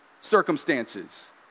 Circumstances